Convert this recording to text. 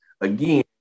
again